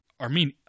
Armenian